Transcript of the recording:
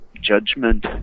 judgment